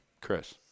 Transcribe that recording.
Chris